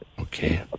Okay